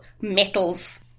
metals